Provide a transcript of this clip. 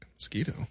mosquito